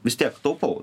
vis tiek taupau